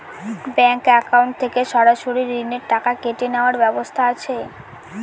Bank account থেকে সরাসরি ঋণের টাকা কেটে নেওয়ার ব্যবস্থা আছে?